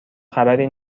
خبری